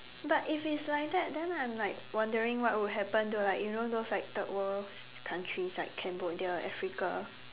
but if it's like that then I'm like wondering what will happen to like you know those like third world countries like Cambodia Africa